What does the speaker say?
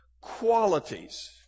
qualities